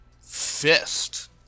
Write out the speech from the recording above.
fist